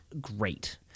great